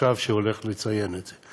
שעכשיו הולך לציין את זה.